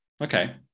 Okay